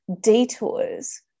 detours